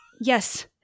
Yes